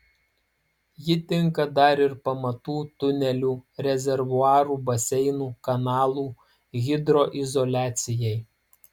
ji tinka dar ir pamatų tunelių rezervuarų baseinų kanalų hidroizoliacijai